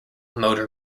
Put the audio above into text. motor